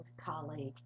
colleague